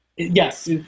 Yes